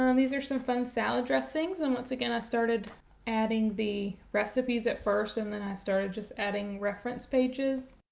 um these are some fun salad dressings and once again i started adding the recipes at first and then i started just adding reference pages.